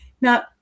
now